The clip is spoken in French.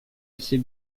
assez